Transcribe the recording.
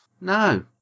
no